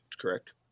Correct